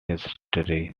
history